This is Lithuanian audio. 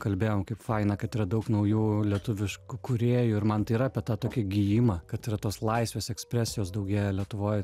kalbėjom kaip faina kad yra daug naujų lietuviškų kūrėjų ir man tai yra apie tą tokį gijimą kad yra tos laisvės ekspresijos daugėja lietuvoj